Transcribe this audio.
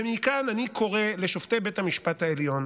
ומכאן אני קורא לשופטי בית המשפט העליון